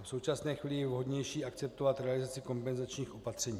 V současné chvíli je vhodnější akceptovat realizaci kompenzačních opatření.